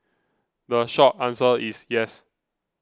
the short answer is yes